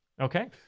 Okay